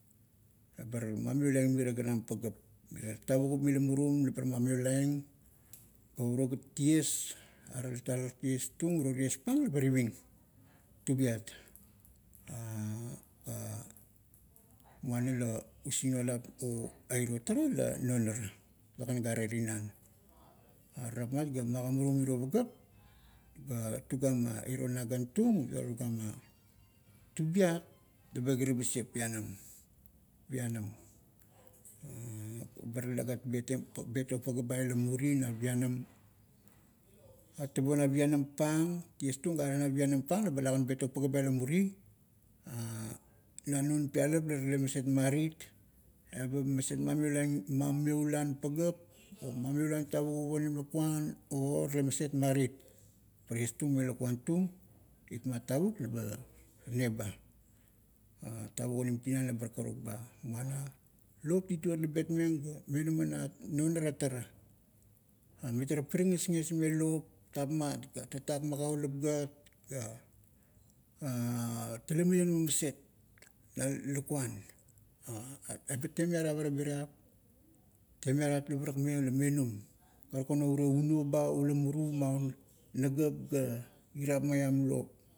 Ebar mamiolaing mirie ganam pagap, mirie tavukup mila murum, labar mamiolaing. Pa uro gat ties, are lata la tiestung, uro tiespang labar iving tubiat muana la usingnualap o a iro tara la non ara, legan gare tinan. Are rapmat ga magamarung miro pagap, ga tugama, iro nagantung, la tugama. Tubiat, laba kiri basieng pianam, pianam ba talegat betieng, betong paga ba ila muri na non pialap la tale maset marit, eba maset mamiolang, mameuluan pagap ga mameuluan tavukup onim lakuan o tale maset marit. Pa tiestung me lakuan tung, itmat tavuk, laba ne ba. tavuk onim tinan labar karuk ba. muana lop tituot la betmeng ga mionama na non ara tara. Mitara pirigesges meng lop tapmat ga taktak magaulap gat ga, tale mionama maset na lakuan. Eba temiara parabiriap, temiarat ga parakmeng la menum. Karukan o urie unuo ba ula muru un nagap ga irap maiam lop.